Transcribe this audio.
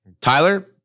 Tyler